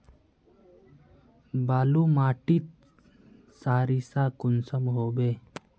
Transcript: बालू माटित सारीसा कुंसम होबे?